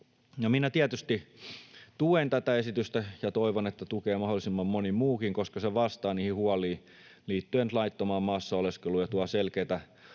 Minä tietysti tuen tätä esitystä ja toivon, että sitä tukee mahdollisimman moni muukin, koska se vastaa niihin huoliin liittyen laittomaan maassa oleskeluun ja tuo selkeitä